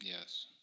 Yes